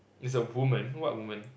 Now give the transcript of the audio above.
it's a woman what woman